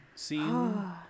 scene